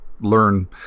learn